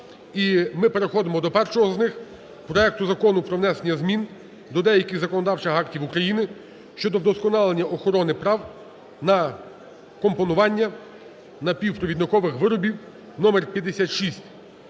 ми переходимо до першого з них: проекту Закону про внесення змін до деяких законодавчих актів України щодо вдосконалення охорони прав на компонування напівпровідникових виробів (номер 5694).